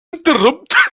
interrupted